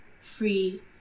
free